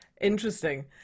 Interesting